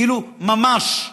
כאילו, ממש,